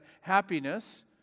happiness